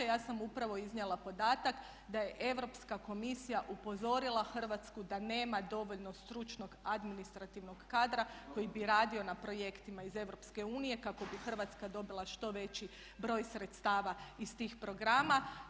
Ja sam upravo iznijela podatak da je Europska komisija upozorila Hrvatsku da nema dovoljno stručnog, administrativnog kadra koji bi radio na projektima iz EU kako bi Hrvatska dobila što veći broj sredstava iz tih programa.